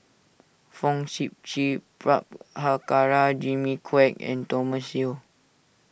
Fong Sip Chee Prabhakara Jimmy Quek and Thomas Yeo